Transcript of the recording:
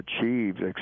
achieved